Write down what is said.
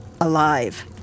alive